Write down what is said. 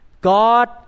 God